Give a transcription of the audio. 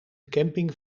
camping